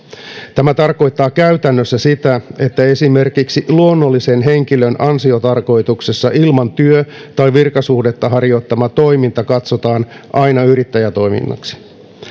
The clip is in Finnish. tämä tarkoittaa käytännössä sitä että esimerkiksi luonnollisen henkilön ansiotarkoituksessa ilman työ tai virkasuhdetta harjoittama toiminta katsotaan aina yrittäjätoiminnaksi